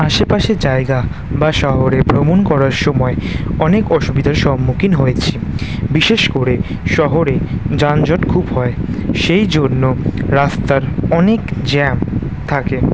আশেপাশে জায়গা বা শহরে ভ্রমণ করার সময় অনেক অসুবিধার সম্মুখীন হয়েছি বিশেষ করে শহরে যানজট খুব হয় সেই জন্য রাস্তায় অনেক জ্যাম থাকে